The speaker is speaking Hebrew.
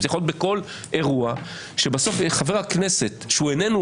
זה יכול להיות בכל אירוע שבסוף שר שהוא איננו